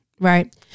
Right